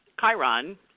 Chiron